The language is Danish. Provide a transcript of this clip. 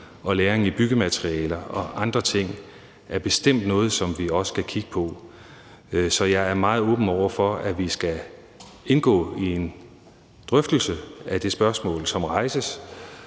og lagring i byggematerialer og andre ting er bestemt noget, som vi også skal kigge på. Så jeg er meget åben over for, at vi skal indgå i en drøftelse af det spørgsmål, som rejses.